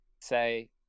say